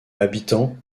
habitants